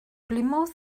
plymouth